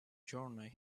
journey